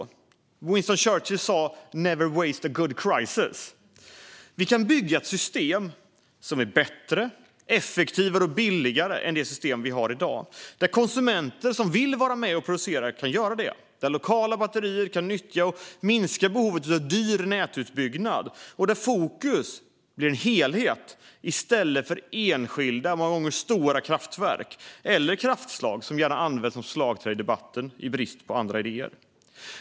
Winston Churchill sa: Never waste a good crisis. Vi kan bygga ett system som är bättre, effektivare och billigare än det system vi har i dag, där konsumenter som vill vara med och producera kan vara det, där lokala batterier kan nyttjas så att behovet av dyr nätutbyggnad minskar och där fokus blir på en helhet i stället för på enskilda, många gånger stora, kraftverk eller kraftslag som gärna används som slagträ i debatten i brist på andra idéer.